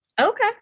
Okay